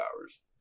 hours